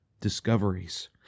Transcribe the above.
discoveries